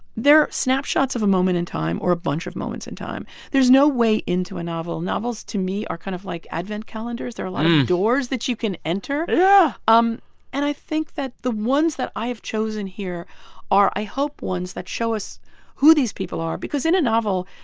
they're snapshots of a moment in time or a bunch of moments in time. there's no way into a novel. novels, to me, are kind of like advent calendars. there are a lot of doors that you can enter yeah um and i think that the ones that i've chosen here are i hope ones that show us who these people are because in a novel,